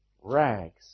rags